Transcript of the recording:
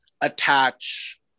attach